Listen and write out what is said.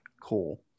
Cool